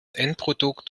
endprodukt